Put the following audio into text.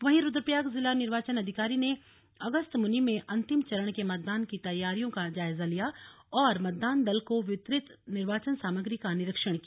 वहीं रूद्रप्रयाग जिला निर्वाचन अधिकारी ने अगस्त्यमुनि में अन्तिम चरण के मतदान की तैयारियों का जायजा लिया और मतदान दल को वितरित निर्वाचन सामग्री का निरीक्षण किया